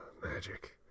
Magic